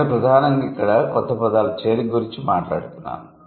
నేను ప్రధానంగా ఇక్కడ కొత్త పదాల చేరిక గురించి మాట్లాడుతున్నాను